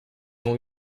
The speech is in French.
vont